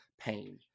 pain